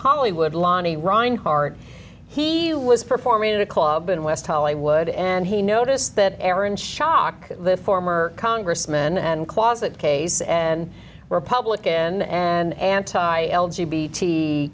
hollywood lonnie reinhardt he was performing at a club in west hollywood and he noticed that aaron schock the former congressman and closet case and republican and anti l